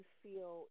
feel